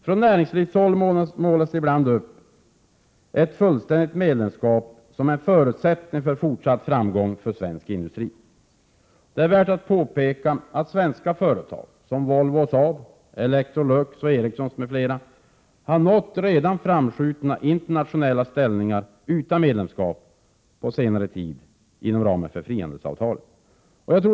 Från näringslivshåll målas ibland ett fullständigt medlemskap upp som en förutsättning för fortsatt framgång för svensk industri. Det är värt att påpeka att svenska företag — såsom Volvo, Saab, Electrolux, Ericsson m.fl. — har skaffat sig framskjutna internationella ställningar utan medlemskap på senare tid inom ramen för frihandelsavtalet.